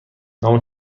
نام